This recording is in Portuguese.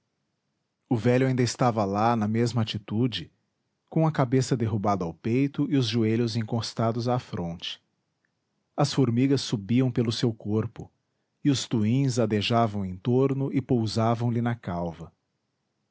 o velho ainda lá estava na mesma atitude com a cabeça derrubada ao peito e os joelhos encostados à fronte as formigas subiam pelo seu corpo e os tuins adejavam em torno e pousavam lhe na calva